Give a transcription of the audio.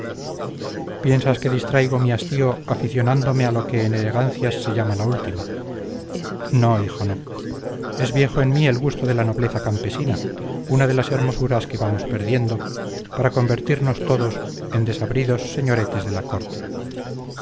piensas que distraigo mi hastío aficionándome a lo que en elegancias se llama la última no hijo no es viejo en mí el gusto de la nobleza campesina una de las hermosuras que vamos perdiendo para convertirnos todos en desabridos señoretes de la corte